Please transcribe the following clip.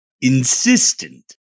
Insistent